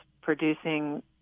producing